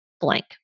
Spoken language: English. blank